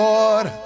Lord